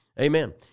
Amen